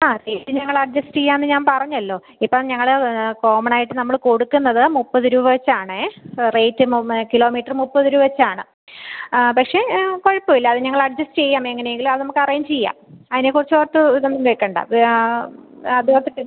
ആ സീറ്റ് ഞങ്ങൾ ചെയ്യാമെന്ന് ഞാൻ പറഞ്ഞല്ലോ ഇപ്പം ഞങ്ങള് കോമണായിട്ട് നമ്മള് കൊടുക്കുന്നത് മുപ്പത് രൂപ വെച്ചാണേ റേറ്റ് മു കിലോമീറ്ററ് മുപ്പത് രൂപ വെച്ചാണ് ആ പക്ഷേ കുഴപ്പം ഇല്ല അത് ഞങ്ങൾ ചെയ്യാം അങ്ങനെയെങ്കിലത് നമുക്ക് അറേഞ്ച് ചെയ്യാം അതിനെ കുറിച്ചോർത്ത് ഇതൊന്നും വെക്കണ്ട ആ അതോർത്ത് ടെൻഷൻ